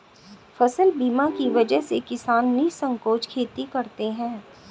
फसल बीमा की वजह से किसान निःसंकोच खेती करते हैं